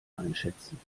einschätzen